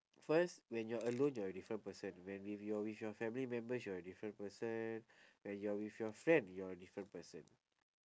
first when you're alone you're a different person when with your with your family members you are different person when you're with your friend you're a different person